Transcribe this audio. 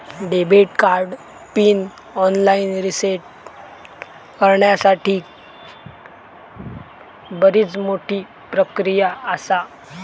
debit card PIN online reset करण्यासाठीक बरीच मोठी प्रक्रिया आसा